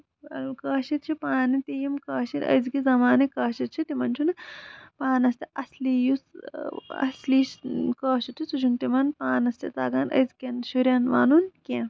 کٲشِر چھِ پانہٕ تہِ یِم کٲشِر أزکہِ زَمانٕکۍ کٲشِر چھِ یِمن چھُنہٕ پانَس اَصلی یُس اصلی کٲشُر چھُ سُہ چھُنہٕ تِمن پانَس تہِ تَگان أزکین شُرین وَنُن کیٚنٛہہ